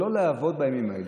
לא לעבוד בימים האלה.